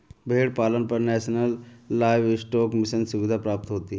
भेड़ पालन पर नेशनल लाइवस्टोक मिशन सुविधा प्राप्त होती है